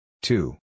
Two